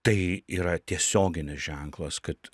tai yra tiesioginis ženklas kad